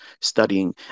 studying